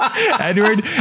Edward